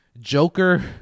Joker